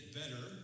better